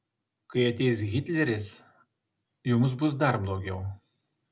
kai ateis hitleris jums bus dar blogiau